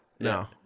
No